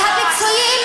את הפיצויים,